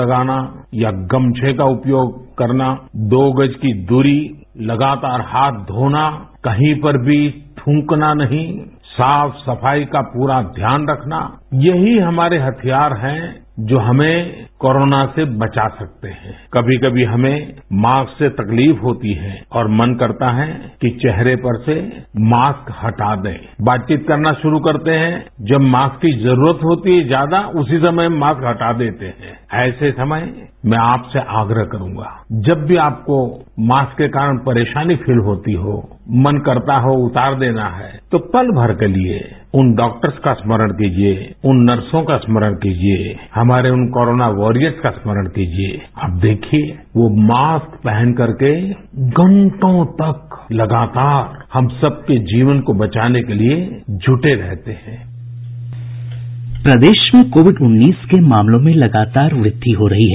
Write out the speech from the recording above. लगाना या गमछे का उपयोग करना दो गज की दूरी लगातार हाथ धोना कहीं पर भी थूकना नहीं साफ सफाई का पूरा ध्यान रखना यही हमारे हथियार हैं जो हमें कोरोना से बचा सकते हैं द्य कभी कभी हमें उा से तकलीफ होती है और मन करता है कि चेहरे पर से उा हटा दें द्य बातचीत करना शुरू करते हैं द्य जब उो की जरूरत होती है ज्यादा उसी समय उॅा हटा देते हैं द्य ऐसे समय मैं आप से आग्रह करूँगा जब भी आपको उो के कारण परेशानी मिमस होती हो मन करता हो उतार देना है तो पल भर के लिए उन क्वबजवते का स्मरण कीजिये उन नर्सो का स्मरण कीजिये हमारे उन कोरोना वारियर्स का स्मरण कीजिये आप देखिये वो जों पहनकर के घंटो तक लगातार हम सबके जीवन को बचाने के लिए जुटे रहते हैं प्रदेश में कोविड उन्नीस के मामलों में लगातार वृद्धि हो रही है